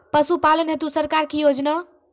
पशुपालन हेतु सरकार की योजना?